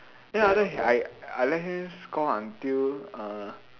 then after that I I let him score until err